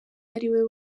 ariwe